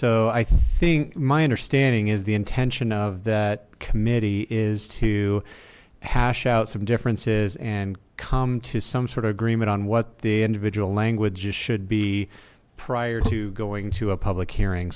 so i think my understanding is the intention of that committee is to hash out some differences and come to some sort of agreement on what the individual languages should be prior to going to a public hearing